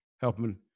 helping